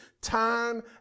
time